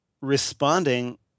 responding